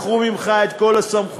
לקחו ממך את כל הסמכויות,